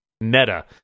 meta